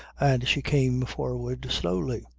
and she came forward slowly.